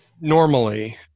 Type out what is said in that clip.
normally